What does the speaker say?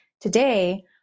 today